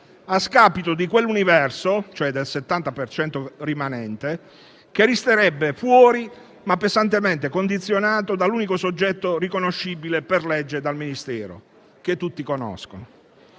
a scapito di quell'universo, cioè del 70 per cento rimanente, che resterebbe fuori, ma pesantemente condizionato dall'unico soggetto riconoscibile per legge dal Ministero, che tutti conoscono.